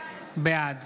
בעד